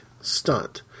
stunt